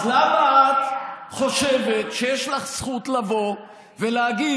אז למה את חושבת שיש לך זכות לבוא ולהגיד: